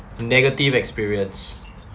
negative experience